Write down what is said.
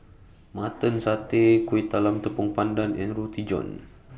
Mutton Satay Kueh Talam Tepong Pandan and Roti John